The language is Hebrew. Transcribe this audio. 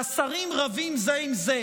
והשרים רבים זה עם זה,